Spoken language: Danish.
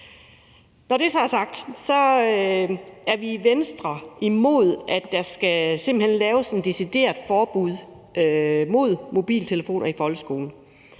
Når det så er sagt, er vi i Venstre simpelt hen imod, at der skal laves et decideret forbud mod brug af mobiltelefoner i folkeskolen.